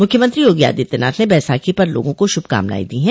मुख्यमंत्री योगी आदित्यनाथ ने बैसाखी पर लोगों को शुभकामनाएं दी है